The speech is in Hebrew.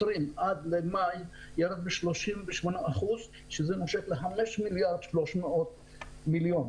עד למאי - 38% וזה נושק ל-5,300,000,000 מיליארד.